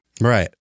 Right